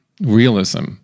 realism